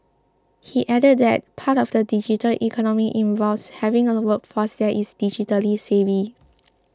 he added that part of the digital economy involves having a workforce that is digitally savvy